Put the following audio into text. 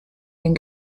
den